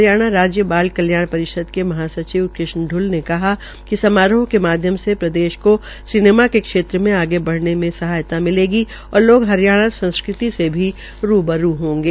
हरियाणा राज्य बाल कल्याण परिषद के महासचिव कृष्ण प्ल ने बताया कि समारोह के माध्यम से प्रदेश को सिनेमा के क्षेत्र में आगे बढ़ाने में सहायता मिलेगी और लोग हरियाणा संस्कृति से भी रूबरू हो होंगे